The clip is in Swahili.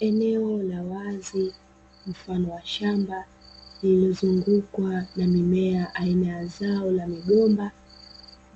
Eneo la wazi mfano wa shamba lililozungukwa na mazao aina ya migomba,